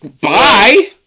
bye